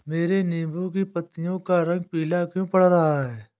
मेरे नींबू की पत्तियों का रंग पीला क्यो पड़ रहा है?